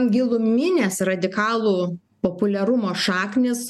giluminės radikalų populiarumo šaknys